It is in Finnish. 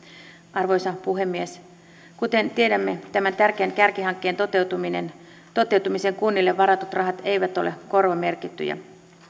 arvoisa puhemies kuten tiedämme tämän tärkeän kärkihankkeen toteutumiseen kunnille varatut rahat eivät ole korvamerkittyjä